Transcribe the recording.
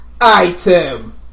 item